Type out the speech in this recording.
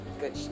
good